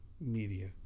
media